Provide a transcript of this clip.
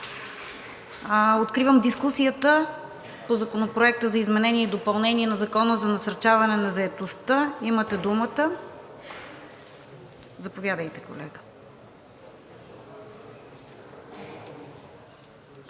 Откривам дискусията по Законопроект за изменение и допълнение на Закона за насърчаване на заетостта. Имате думата – заповядайте, колега.